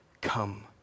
Come